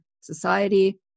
society